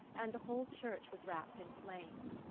and the whole church was wrapped in flames.